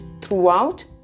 throughout